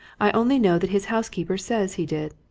i only know that his housekeeper says he did.